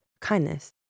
kindness